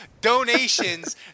donations